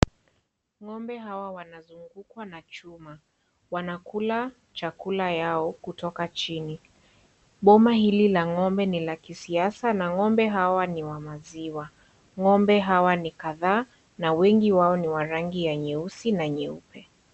Ng'ombe hao wanazungukwa na chuma, wanakula chakula yao kutoka chini. Boma hili la ng'ombe ni la kisiasa na ng'ombe hawa ni wa maziwa. Ng'ombe hawa ni kadhaa na wengi wao ni wa rangi ya nyeusi na nyeupe.